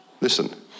listen